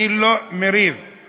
לא צריך לריב כל הזמן.